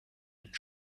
einen